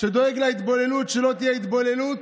שדואג מההתבוללות, שלא תהיה התבוללות,